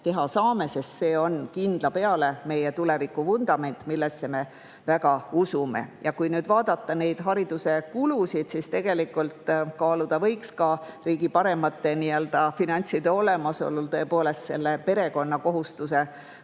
teha, sest see on kindla peale meie tuleviku vundament, millesse me väga usume. Ja kui nüüd vaadata neid hariduse kulusid, siis võiks kaaluda ka riigi paremate finantside olemasolu korral perekonna kohustuse